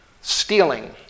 stealing